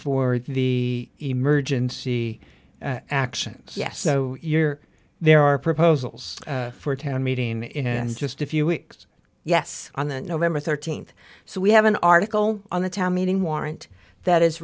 for the emergency action yes so you're there are proposals for a town meeting in just a few weeks yes on the november thirteenth so we have an article on the town meeting warrant that is